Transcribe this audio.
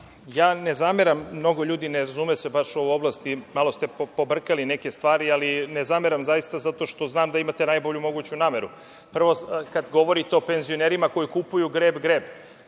Ne zameram. Mnogo ljudi se ne razume baš u ovu oblast i malo ste pobrkali neke stvari, ali ne zameram zato što znam da imate najbolju moguću nameru. Prvo, kada govorite o penzionerima koji kupuju greb-greb,